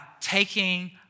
taking